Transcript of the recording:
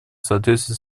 соответствии